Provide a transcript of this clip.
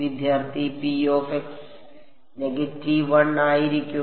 വിദ്യാർത്ഥി ആയിരിക്കും